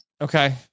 Okay